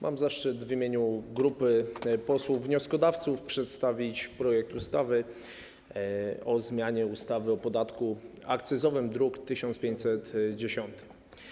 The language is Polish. Mam zaszczyt w imieniu grupy posłów wnioskodawców przedstawić projekt ustawy o zmianie ustawy o podatku akcyzowym, druk nr 1510.